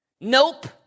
Nope